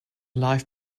live